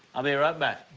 ah be right back.